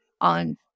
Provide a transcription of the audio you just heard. on